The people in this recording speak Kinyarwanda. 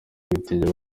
mitingi